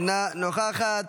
אינה נוכחת,